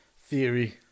Theory